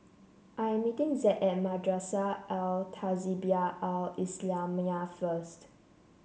I'm meeting Zed at Madrasah Al Tahzibiah Al Islamiah first